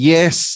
Yes